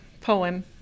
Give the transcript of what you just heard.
poem